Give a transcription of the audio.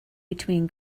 between